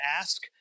ask